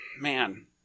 man